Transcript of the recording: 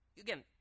again